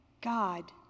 God